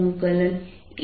da છે